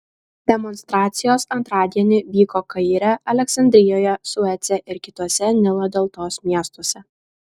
demonstracijos antradienį vyko kaire aleksandrijoje suece ir kituose nilo deltos miestuose